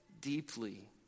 deeply